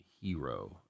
hero